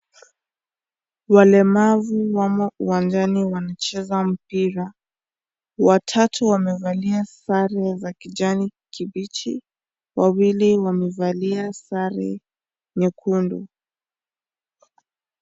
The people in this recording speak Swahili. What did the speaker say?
Walemavu wamo uwanjani wanacheza mpira. Watatu wamevalia sare za kijani kibichi, wawili wamevalia sare nyekundu.